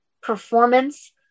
performance